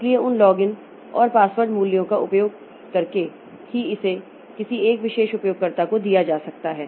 इसलिए उन लॉगिन और पासवर्ड मूल्यों का उपयोग करके ही इसे किसी एक विशेष उपयोगकर्ता को दिया जा सकता है